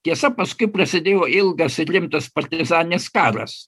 tiesa paskui prasidėjo ilgas ir rimtas partizaninis karas